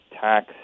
tax